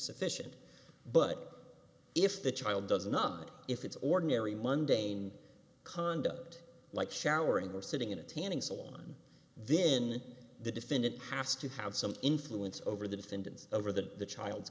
sufficient but if the child does not if it's ordinary monday in conduct like showering or sitting in a tanning salon then the defendant has to have some influence over the defendant over the child's